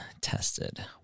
tested